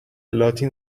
لاتین